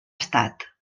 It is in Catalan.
estat